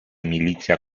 milizia